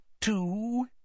Two